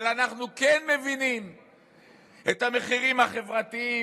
אבל אנחנו כן מבינים את המחירים החברתיים,